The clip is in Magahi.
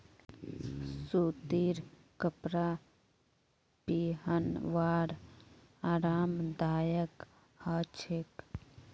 सूतीर कपरा पिहनवार आरामदायक ह छेक